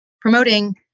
promoting